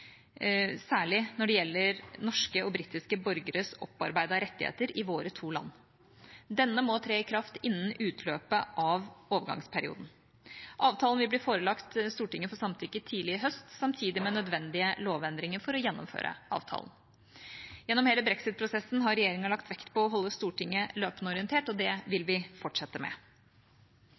særlig når det gjelder norske og britiske borgeres opparbeidede rettigheter i våre to land. Denne må tre i kraft innen utløpet av overgangsperioden. Avtalen vil bli forelagt Stortinget for samtykke tidlig i høst, samtidig med nødvendige lovendringer for å gjennomføre avtalen. Gjennom hele brexit-prosessen har regjeringa lagt vekt på å holde Stortinget løpende orientert. Det vil vi fortsette med.